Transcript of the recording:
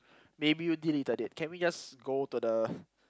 maybe you deleted it can we just go to the